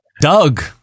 doug